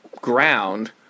ground